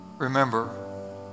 Remember